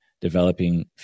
developing